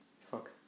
Fuck